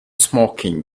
smoking